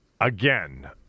Again